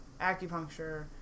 acupuncture